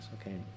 Okay